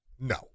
no